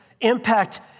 impact